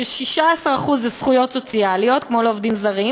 ש-16% זה זכויות סוציאליות כמו לעובדים זרים,